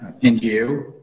NGO